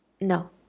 No